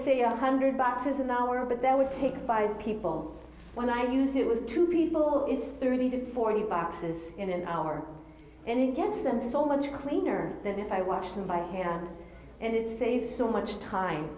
say a hundred bucks an hour but that would take five people when i use it with two people it's thirty to forty boxes in an hour and gets them so much cleaner than if i wash them by here and it saves so much time